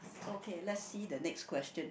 okay let's see the next question